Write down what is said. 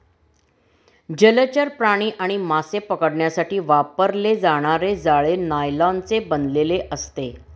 जलचर प्राणी आणि मासे पकडण्यासाठी वापरले जाणारे जाळे नायलॉनचे बनलेले असते